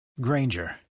Granger